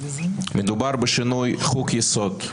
מדובר בשינוי חוק יסוד.